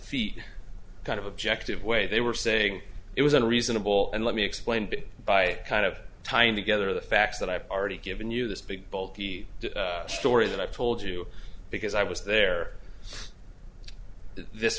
feet kind of objective way they were saying it was a reasonable and let me explain bit by kind of tying together the facts that i've already given you this big bulky story that i told you because i was there this